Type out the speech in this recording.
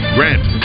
Grant